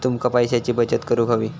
तुका पैशाची बचत करूक हवी